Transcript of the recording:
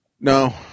No